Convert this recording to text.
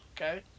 Okay